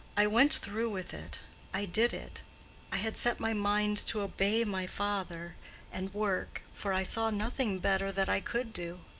i went through with it i did it i had set my mind to obey my father and work, for i saw nothing better that i could do.